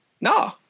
no